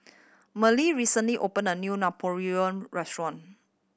Marlee recently opened a new restaurant